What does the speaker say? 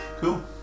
Cool